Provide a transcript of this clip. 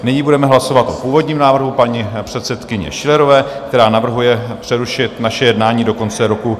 Nyní budeme hlasovat o původním návrhu paní předsedkyně Schillerové, která navrhuje přerušit naše jednání do konce roku 2022.